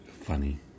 funny